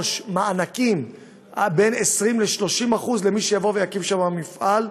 מענקים בין 20% ל-30% למי שיקים שם מפעל.